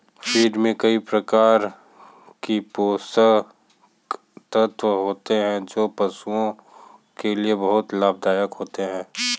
feed में कई प्रकार के पोषक तत्व होते हैं जो पशुओं के लिए बहुत लाभदायक होते हैं